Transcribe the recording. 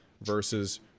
versus